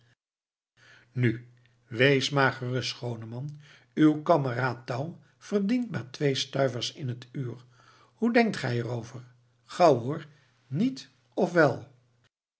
nu wees maar gerust schooneman uw kameraad touw verdient maar twee stuivers in het uur hoe denkt gij er over gauw hoor niet of wel